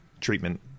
treatment